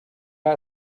pas